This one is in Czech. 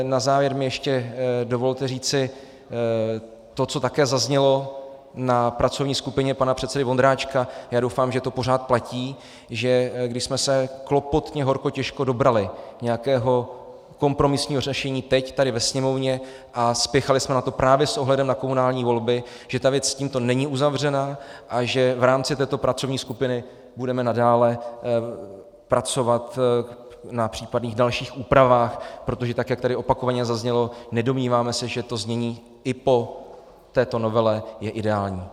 Na závěr mi ještě dovolte říci to, co také zaznělo na pracovní skupině pana předsedy Vondráčka, doufám, že to pořád platí, že když jsme se klopotně horko těžko dobrali nějakého kompromisního řešení teď tady ve Sněmovně a spěchali jsme na to právě s ohledem na komunální volby, že ta věc tímto není uzavřena a že v rámci této pracovní skupiny budeme nadále pracovat na případných dalších úpravách, protože tak jak tady opakovaně zaznělo, nedomníváme se, že to znění i po této novele je ideální.